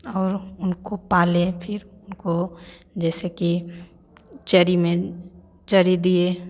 और उनको पाले फिर उनको जैसे कि चरी में चरी दिए